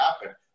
happen